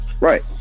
right